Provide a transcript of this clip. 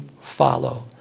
follow